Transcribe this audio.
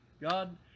God